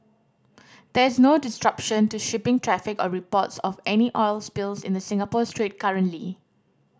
there is no disruption to shipping traffic or reports of any oil spills in the Singapore Strait currently